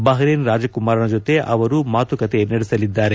Bahrain ರಾಜಕುಮಾರನ ಜೊತೆ ಅವರು ಮಾತುಕತೆ ನಡೆಸಲಿದ್ದಾರೆ